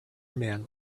man